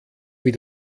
wie